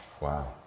Wow